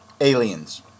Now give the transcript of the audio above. aliens